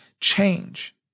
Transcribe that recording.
change